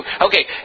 okay